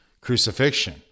crucifixion